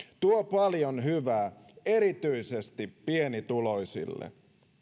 tuo paljon hyvää erityisesti pienituloisille